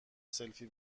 سلفی